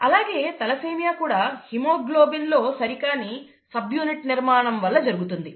అలాగే తలసేమియా కూడా హిమోగ్లోబిన్లో సరికాని సబ్ యూనిట్ నిర్మాణం వల్ల కలుగుతుంది